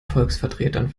volksvertretern